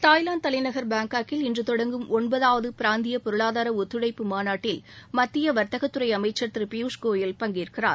Thailand தலைநகர் பேங்காக்கில் இன்று தொடங்கும் ஒன்பதாவது பிராந்திய பொருளாதார ஒத்துழைப்பு மாநாட்டில் வர்த்தகத்துறை மத்திய அமைச்சர் திரு பியூஷ் கோயல் பங்கேற்கிறார்